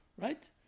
right